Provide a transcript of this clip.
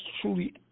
truly